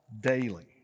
daily